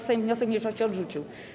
Sejm wniosek mniejszości odrzucił.